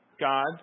God